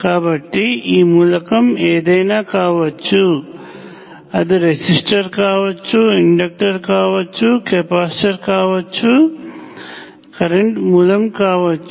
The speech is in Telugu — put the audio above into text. కాబట్టి ఈ మూలకం ఏదైనా కావచ్చు అది రెసిస్టర్ కావచ్చు ఇండక్టర్ కావచ్చు కెపాసిటర్ కావచ్చు కరెంట్ మూలం కావచ్చు